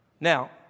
now